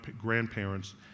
grandparents